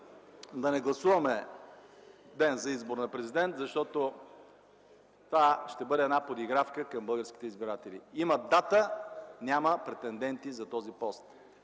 да не гласуваме ден за избор на президент, защото това ще бъде подигравка към българските избиратели. Има дата, няма претенденти за този пост,